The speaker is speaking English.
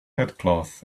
headcloth